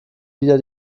wieder